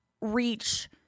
reach